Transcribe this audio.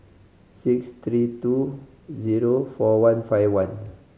six three two zero four one five one